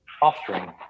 Offspring